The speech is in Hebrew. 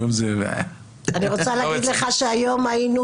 היום זה --- אני רוצה להגיד לך שהיום היינו